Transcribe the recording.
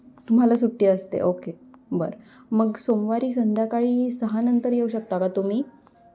तुम्हाला सुट्टी असते ओके बरं मग सोमवारी संध्याकाळी सहानंतर येऊ शकता का तुम्ही